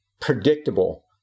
predictable